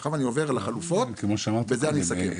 עכשיו אני עובר לחלופות ואז אני אסכם.